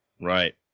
Right